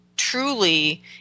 truly